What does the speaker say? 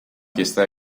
fiesta